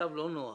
במצב לא נוח.